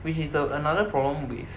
which is a another problem with